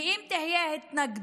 ואם תהיה התנגדות,